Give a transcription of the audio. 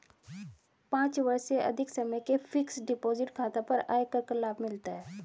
पाँच वर्ष से अधिक समय के फ़िक्स्ड डिपॉज़िट खाता पर आयकर का लाभ मिलता है